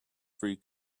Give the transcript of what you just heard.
free